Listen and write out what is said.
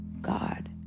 God